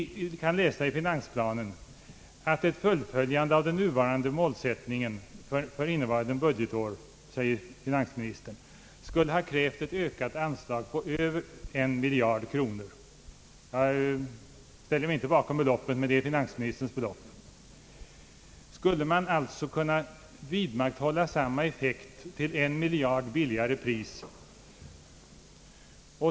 I finansplanen säger finansministern att ett fullföljande av den nuvarande målsättningen skulle ha krävt ett ökat anslag på över en miljard kronor nästa budgetår. Jag ställer mig inte bakom den angivna siffran men finansministern gör det. Skulle man alltså, herr försvarsminister, kunna vidmakthålla samma effekt hos försvaret till ett en miljard lägre pris?